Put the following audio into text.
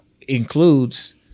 includes